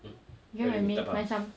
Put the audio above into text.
hmm what do you mean tak faham